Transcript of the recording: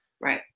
Right